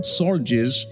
soldiers